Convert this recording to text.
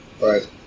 right